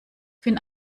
finn